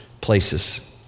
places